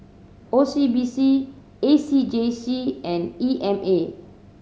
O C B C A C J C and E M A